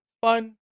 fun